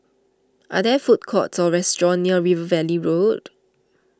are there food courts or restaurants near River Valley Road